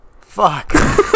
fuck